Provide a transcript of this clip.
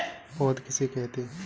पौध किसे कहते हैं?